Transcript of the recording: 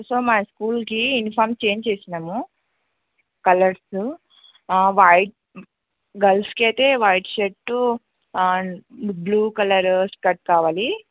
so మా స్కూల్కి uniforms change చేశాము కలర్సు వైట్ గల్స్కి అయితే white shirt and blue colour skirt కావాలి